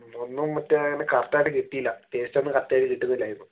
ഒന്നും മറ്റേ അങ്ങനെ കറക്റ്റ് ആയിട്ട് കിട്ടീല ടേസ്റ്റൊന്നും കറക്റ്റായിട്ട് കിട്ടുന്നില്ലായിരുന്നു